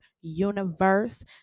Universe